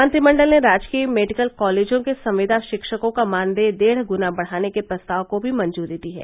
मंत्रिमंडल ने राजकीय मेडिकल कॉलेजों के संविदा शिक्षकों का मानदेय डेढ़ गुना बढ़ाने के प्रस्ताव को भी मंजूरी दी है